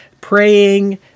praying